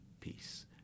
Peace